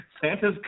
Santa's